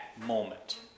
moment